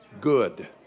good